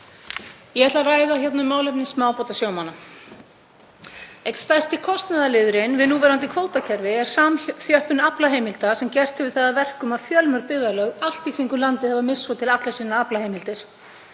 Ég ætla að ræða um málefni smábátasjómanna. Einn stærsti kostnaðarliðurinn við núverandi kvótakerfi er samþjöppun aflaheimilda sem gert hefur það að verkum að fjölmörg byggðarlög allt í kringum landið hafa misst svo til allar aflaheimildir